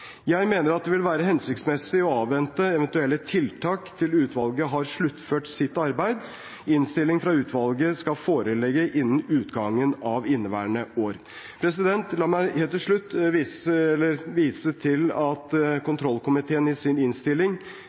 Jeg mener at det vil være hensiktsmessig å avvente eventuelle tiltak til utvalget har sluttført sitt arbeid. Innstilling fra utvalget skal foreligge innen utgangen av inneværende år. La meg helt til slutt vise til at kontrollkomiteen i sin innstilling